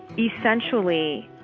essentially,